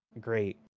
great